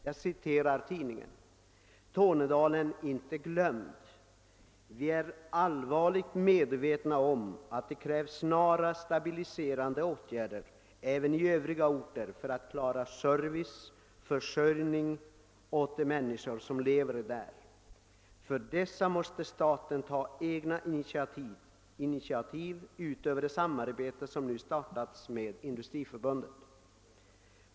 Jag citerar ur referatet: »Tornedalen är inte glömd. Vi är allvarligt medvetna om att det krävs snara stabiliserande åtgärder även i Övriga orter för att klara service och försörjning åt de människor som lever där. För dessa måste staten ta egna initiativ utöver det samarbete som nu startats med Industriförbundet.